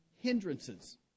hindrances